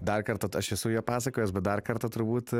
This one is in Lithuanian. dar kartą aš esu ją pasakojęs bet dar kartą turbūt